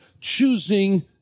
choosing